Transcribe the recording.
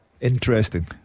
interesting